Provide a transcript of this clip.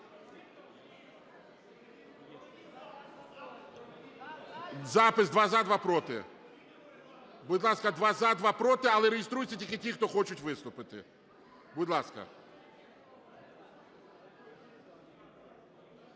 Запис: два – за, два – проти. Будь ласка: два – за, два – проти, але реєструються тільки ті, хто хочуть виступити. Будь ласка.